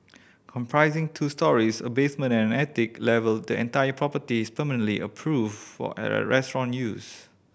comprising two storeys a basement and an attic level the entire property is permanently approved for restaurant use